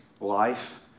life